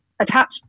attached